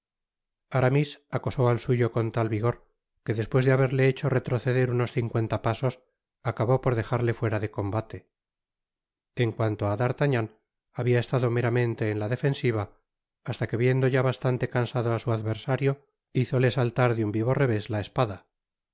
aramis acosó al suyo con tal vigor que despues de haberle hecho retroceder unos cincuenta pasos acabó por dejarle fuera de combate en cuanto á d'artagnan habia estado meramente en la defensiva hasta que viendo ya bastante cansado á su adversario hizole saltar de un vivo revés la espada